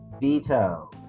veto